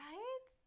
Right